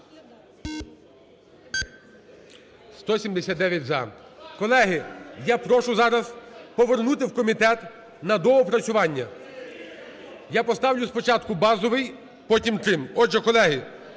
За-179 Колеги, я прошу зараз повернути в комітет на доопрацювання. Я поставлю спочатку базовий, потім – три. Отже, колеги,